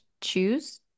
choose